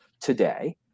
today